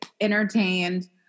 entertained